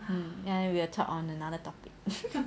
um and we will talk on another topic